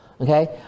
Okay